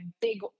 big